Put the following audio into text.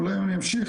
אולי אני אמשיך,